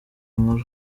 nkuru